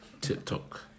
tiktok